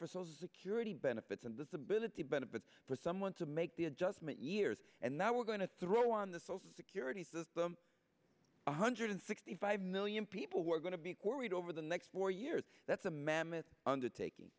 for social security benefits and disability benefits for someone to make the adjustment years and now we're going to throw on the social security system one hundred sixty five million people we're going to be worried over the next four years that's a mammoth undertaking